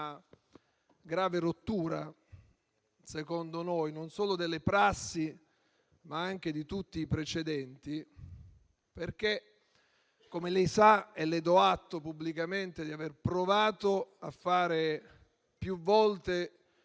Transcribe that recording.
grave rottura, non solo delle prassi, ma anche di tutti i precedenti, come lei sa, e le do atto pubblicamente di aver provato a fare più volte